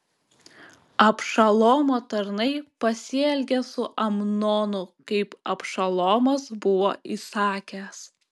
abšalomo tarnai pasielgė su amnonu kaip abšalomas buvo įsakęs